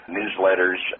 newsletters